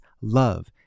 love